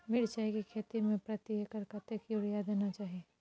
मिर्चाय के खेती में प्रति एकर कतेक यूरिया देना चाही?